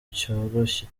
cyoroshye